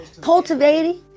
cultivating